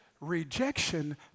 rejection